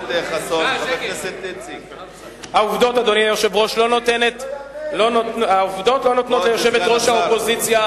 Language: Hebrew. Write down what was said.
העובדות לא נותנות ליושבת-ראש האופוזיציה